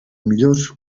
millors